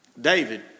David